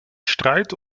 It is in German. streit